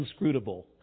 unscrutable